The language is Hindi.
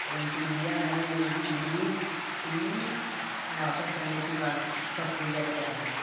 एम्पिरिआ हनी नींबू ग्रीन टी वापस करने की प्रक्रिया क्या है